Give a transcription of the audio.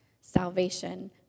salvation